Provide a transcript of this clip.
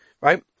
Right